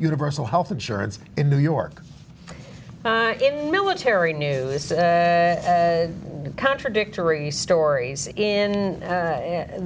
universal health insurance in new york military newest contradictory stories in